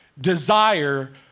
desire